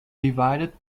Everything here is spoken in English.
divided